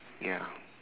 ya